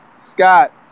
Scott